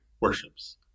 worships